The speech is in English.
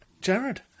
Jared